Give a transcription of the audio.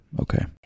okay